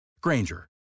Granger